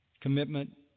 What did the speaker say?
commitment